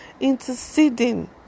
interceding